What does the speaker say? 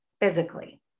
physically